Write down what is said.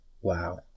Wow